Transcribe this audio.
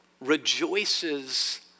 rejoices